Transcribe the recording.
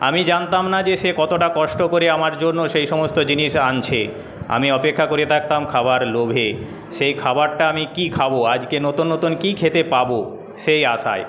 আমি জানতাম না যে সে কতটা কষ্ট করে আমার জন্য সেই সমস্ত জিনিস আনছে আমি অপেক্ষা করে থাকতাম খাওয়ার লোভে সেই খাবারটা আমি কী খাবো আজকে নতুন নতুন কী খেতে পাবো সেই আশায়